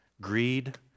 Greed